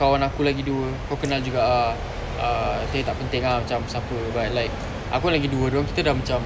kawan aku lagi dua kau kenal juga ah ah actually tak penting ah cam siapa but like aku lagi dua kita dah macam